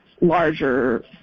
larger